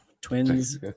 twins